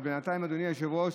אבל בינתיים, אדוני היושב-ראש,